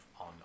on